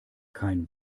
kein